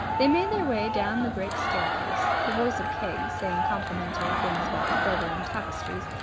they made their way down the great staircase. the voice of keggs, saying complimentary things about the gobelin tapestry,